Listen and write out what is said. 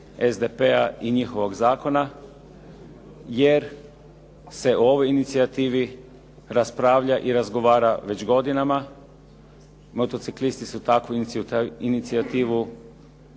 SDP-a i njihovog zakona, jer se o ovoj inicijativi raspravlja i razgovara već godinama. Motociklisti su takvu inicijativu